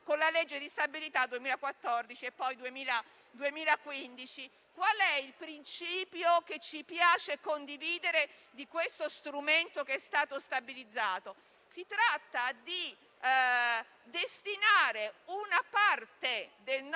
con la legge di stabilità del 2014 e poi del 2015. Il principio che ci piace condividere di questo strumento, ormai stabilizzato, è che si tratta di destinare una parte del nostro